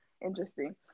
interesting